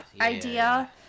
idea